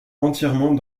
entièrement